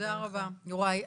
תודה רבה יוראי.